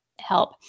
help